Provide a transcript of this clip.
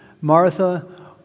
Martha